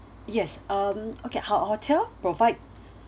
yes um okay our hotel provide